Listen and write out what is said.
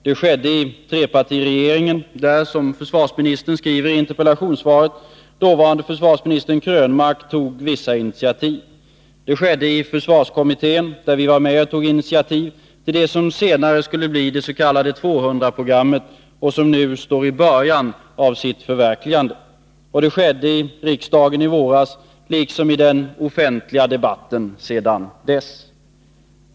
Det skedde i trepartiregeringen, där — som försvarsministern skriver i svaret — dåvarande försvarsministern Krönmark tog vissa initiativ. Det skedde i försvarskommittén, där vi var med och tog initiativ till det som senare skulle bli det s.k. 200-programmet och som nu befinner sig i början av sitt förverkligande. Det skedde också i riksdagen i våras liksom i den offentliga debatten sedan dess.